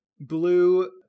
Blue